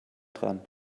dran